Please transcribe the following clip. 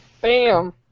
Bam